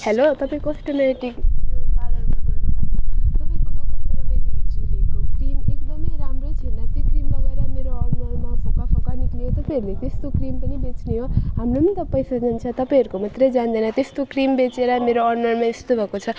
hello तपाईँ cosmetic यो पार्लरबाट बोल्नुभएको हो तपाईँको दोकानबाट मैले हिजो लिएको क्रिम एकदमै राम्रै छैन त्यो क्रिम लगाएर मेरो अनुहारमा फोका फोका निस्कियो तपाईँहरूले त्यस्तो क्रिम पनि बेच्ने हो हाम्रो पनि त पैसा जान्छ तपाईँहरूको मात्रै जाँदैन त्यस्तो क्रिम बेचेर मेरो अनुहारमा यस्तो भएको छ